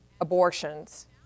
abortions